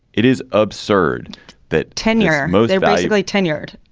it is absurd that tenure most eagerly tenured,